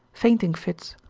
fainting-fits,